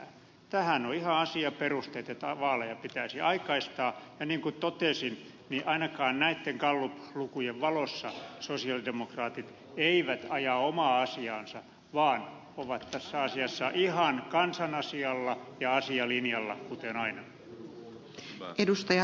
tähän on ihan asiaperusteita että vaaleja pitäisi aikaistaa ja niin kuin totesin ainakaan näitten galluplukujen valossa sosialidemokraatit eivät aja omaa asiaansa vaan ovat tässä asiassa ihan kansan asialla ja asialinjalla kuten aina